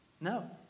No